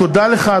תודה לך,